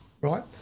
right